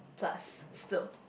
plus still